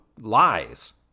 lies